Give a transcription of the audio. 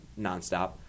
nonstop